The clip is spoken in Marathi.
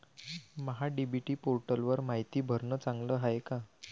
महा डी.बी.टी पोर्टलवर मायती भरनं चांगलं हाये का?